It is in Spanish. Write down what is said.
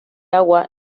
agua